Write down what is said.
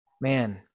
man